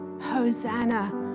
Hosanna